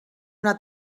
una